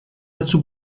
dazu